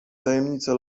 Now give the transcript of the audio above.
tajemnicę